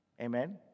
Amen